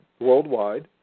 worldwide